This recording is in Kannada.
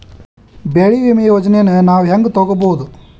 ಬೆಳಿ ವಿಮೆ ಯೋಜನೆನ ನಾವ್ ಹೆಂಗ್ ತೊಗೊಬೋದ್?